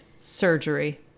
Surgery